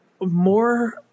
more